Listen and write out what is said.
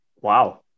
Wow